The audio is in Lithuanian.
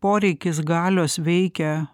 poreikis galios veikia